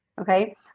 Okay